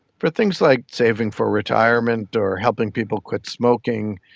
for things like saving for retirement or helping people quit smoking,